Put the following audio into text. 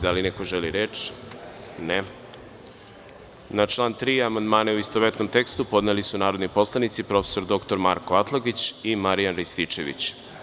Da li neko želi reč? (Ne) Na član 3. amandmane, u istovetnom tekstu, podneli su narodni poslanici prof. dr Marko Atlagić i Marijan Rističević.